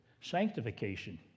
sanctification